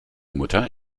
mutter